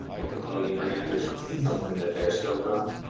like a clothing brand or so something that they're stoked on.